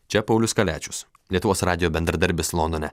čia paulius kaliačius lietuvos radijo bendradarbis londone